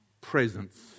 presence